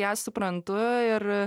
ją suprantu ir